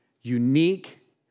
unique